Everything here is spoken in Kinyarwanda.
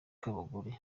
abagore